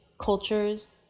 cultures